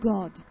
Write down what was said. God